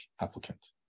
applicant